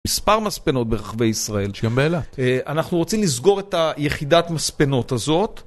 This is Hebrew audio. מספר מספנות ברחבי ישראל, אנחנו רוצים לסגור את היחידת מספנות הזאת